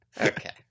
Okay